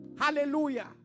Hallelujah